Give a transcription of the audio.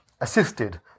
Assisted